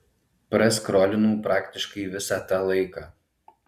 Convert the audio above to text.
praskrolinau praktiškai visą tą laiką